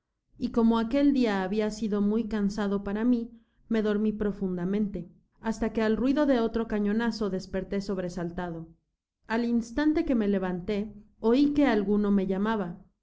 y como aquel dia habia sido muy cansado para mi me dormi profundamente hasta que al ruido de etro cañonazo desperté sobresaltado al instante que me levanté oi que alguno me llamaba